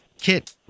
Kit